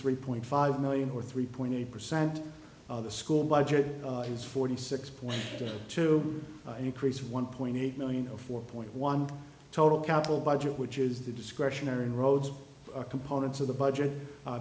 three point five million or three point eight percent of the school budget is forty six point two increase one point eight million or four point one total capital budget which is the discretionary in roads components of the budget